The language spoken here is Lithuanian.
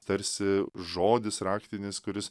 tarsi žodis raktinis kuris